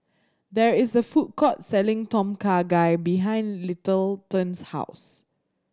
there is a food court selling Tom Kha Gai behind Littleton's house